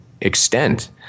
extent